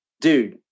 dude